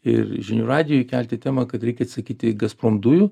ir žinių radijui kelti temą kad reikia atsisakyti gazprom dujų